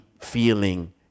feeling